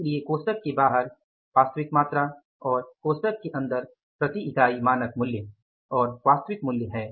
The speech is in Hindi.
इसलिए कोष्ठक के बाहर वास्तविक मात्रा और कोष्ठक के अंदर प्रति इकाई मानक मूल्य और वास्तविक मूल्य है